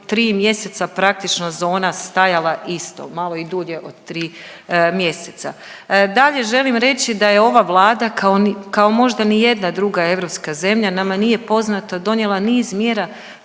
mjeseca praktično zona stajala isto, malo i dulje od tri mjeseca. Dalje želim reći da je ova Vlada kao možda ni jedna druga europska zemlja, nama nije poznato, donijela niz mjera